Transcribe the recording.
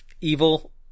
evil